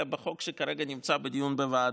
אלא בחוק שכרגע נמצא בדיון בוועדה.